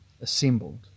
assembled